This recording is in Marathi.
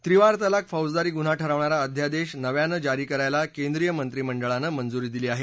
त्रिवार तलाक फौजदारी गुन्हा ठरवणारा अध्यादेश नव्यानं जारी करायला केंद्रीय मंत्रिमंडळानं मंजुरी दिली आहे